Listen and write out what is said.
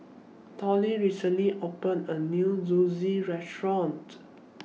Tollie recently opened A New Zosui Restaurant